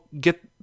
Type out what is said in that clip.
get